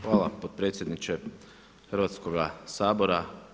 Hvala potpredsjedniče Hrvatskoga sabora.